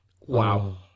Wow